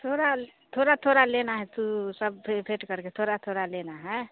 थोड़ा ल थोड़ा थोड़ा लेना है थू सब फे फेट करके थोड़ा थोड़ा लेना है